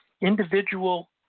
individual –